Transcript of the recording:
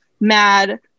mad